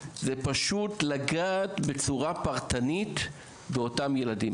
זה אומר לגעת בצורה פרטנית באותם ילדים.